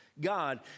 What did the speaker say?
God